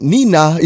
Nina